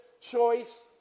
choice